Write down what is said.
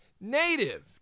Native